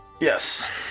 Yes